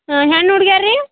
ಹಾಂ ಹೆಣ್ಣು ಹುಡ್ಗ್ಯಾರು ರೀ